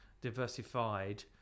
diversified